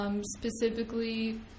specifically